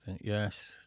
Yes